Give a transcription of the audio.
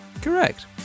Correct